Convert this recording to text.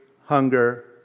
hunger